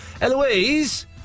Eloise